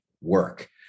work